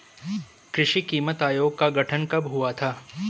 कृषि कीमत आयोग का गठन कब हुआ था?